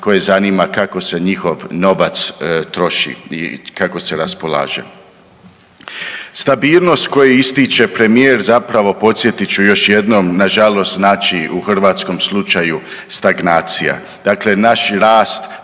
koje zanima kako se njihov novac troši i kako se raspolaže. Stabilnost koje ističe premijer zapravo podsjetit ću još jednom nažalost znači u hrvatskom slučaju stagnacija, dakle naš rast